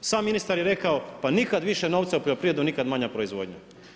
Sam ministar je rekao da nikad više novca u poljoprivredu, nikad manja proizvodnja.